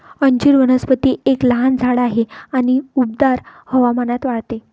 अंजीर वनस्पती एक लहान झाड आहे आणि उबदार हवामानात वाढते